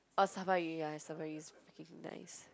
oh Saba 鱼 ya Saba 鱼 is freaking nice